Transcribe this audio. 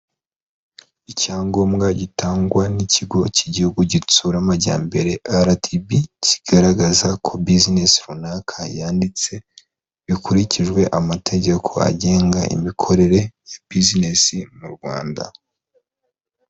Icyangombwa gitangwa n'ikigo cy'igihugu gitsura amajyambere rdb, kigaragaza ko bizinesi runaka yanditse bikurikijwe amategeko agenga imikorere ya bizinesi mu Rwanda.